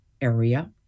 area